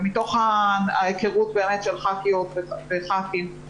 ומתוך ההיכרות של ח"כיות וח"כים,